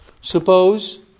Suppose